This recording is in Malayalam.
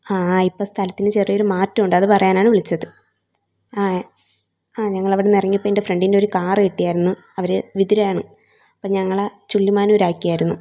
ആ ആ ഇപ്പോൾ സ്ഥലത്തിന് ചെറിയൊരു മാറ്റമുണ്ട് അത് പറയാനാണ് വിളിച്ചത് ആ ആ ഞങ്ങൾ അവിടുന്ന് ഇറങ്ങിയപ്പോൾ എൻ്റെ ഫ്രണ്ടിൻ്റെ ഒരു കാർ കിട്ടിയായിരുന്നു അവർ വിതുര ആണ് അപ്പോൾ ഞങ്ങളെ ചുള്ളിമാനൂർ ആക്കിയായിരുന്നു